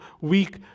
weak